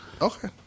Okay